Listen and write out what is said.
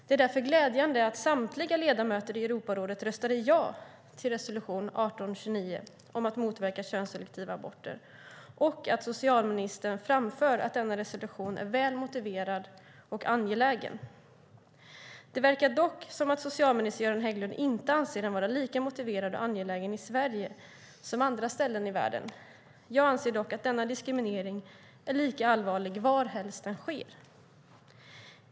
Det är därför glädjande att samtliga ledamöter i Europarådet röstade ja till resolution 1829 om att motverka könsselektiva aborter och att socialministern framför att denna resolution är väl motiverad och angelägen. Det verkar dock som om socialminister Göran Hägglund inte anser den vara lika motiverad och angelägen i Sverige som på andra ställen i världen. Jag anser dock att denna diskriminering är lika allvarlig varhelst den sker.